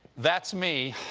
that's me!